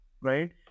right